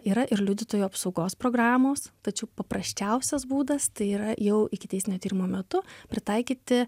yra ir liudytojų apsaugos programos tačiau paprasčiausias būdas tai yra jau ikiteisminio tyrimo metu pritaikyti